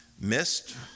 missed